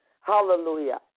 Hallelujah